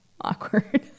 awkward